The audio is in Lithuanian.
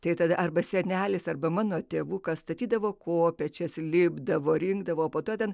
tai tad arba senelis arba mano tėvukas statydavo kopėčias lipdavo rinkdavo po to ten